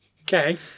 Okay